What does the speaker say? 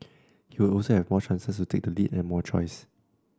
he would also have more chances to take the lead and more choices